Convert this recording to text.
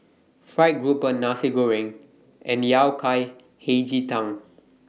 Fried Grouper Nasi Goreng and Yao Cai Hei Ji Tang